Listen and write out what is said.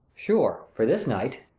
sure, for this night.